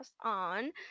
on